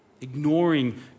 ignoring